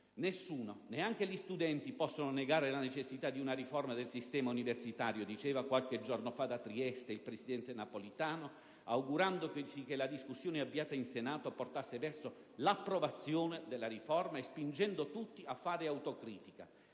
«Nessuno - neanche gli studenti - può negare la necessità di una riforma del sistema universitario», diceva qualche giorno fa da Trieste il presidente Napolitano, augurandosi che la discussione avviata in Senato portasse verso l'approvazione della riforma e spingendo tutti a fare autocritica.